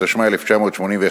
התשמ"א 1981,